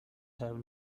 have